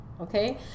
okay